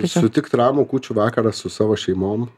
sutikt ramų kūčių vakarą su savo šeimom